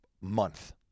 month